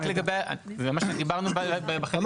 זה מה שדיברנו בחלק מהדיון.